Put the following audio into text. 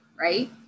right